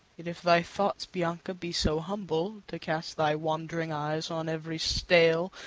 yet if thy thoughts, bianca, be so humble to cast thy wand'ring eyes on every stale,